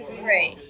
three